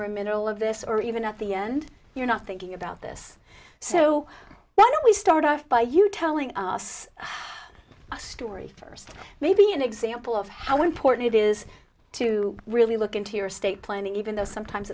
're in middle of this or even at the end you're not thinking about this so why don't we start off by you telling us a story first maybe an example of how important it is to really look into your estate planning even though sometimes